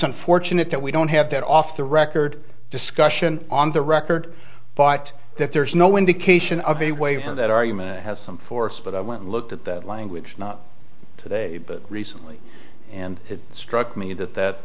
unfortunate that we don't have that off the record discussion on the record but that there is no indication of a waiver that argument has some force but i went and looked at that language not today but recently and it struck me that th